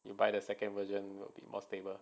you buy the second version will be more stable